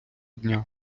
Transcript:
дня